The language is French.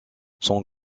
son